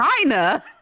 China